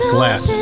Glass